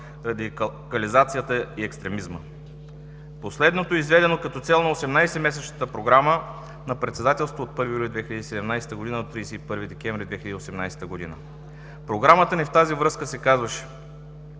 радикализацията и екстремизма. Последното, изведено като цел на 18-месечната програма на председателството от 1 юли 2017 г. до 31 декември 2018 г. – в програмата ни в тази връзка се казваше: